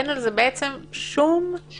ואין על זה שום פיקוח.